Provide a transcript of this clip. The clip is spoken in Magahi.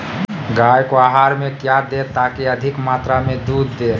गाय को आहार में क्या दे ताकि अधिक मात्रा मे दूध दे?